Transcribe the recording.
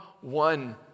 one